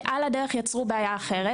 ועל הדרך יצרו בעיה אחרת,